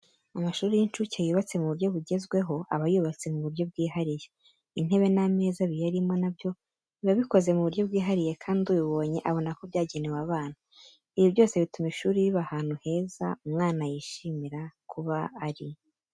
Amashuri y'incuke yubatse mu buryo bugezweho, aba yubatse mu buryo bwihariye. Intebe n'ameza biyarimo nabyo biba bikoze mu buryo bwihariye kandi ubibonye abonako byagenewe abana. Ibi byose bituma ishuri riba ahantu heza umwana yishimira kuba ari.